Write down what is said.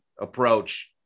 approach